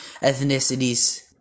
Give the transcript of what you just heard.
ethnicities